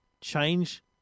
change